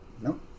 No